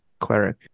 cleric